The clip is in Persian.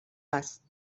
است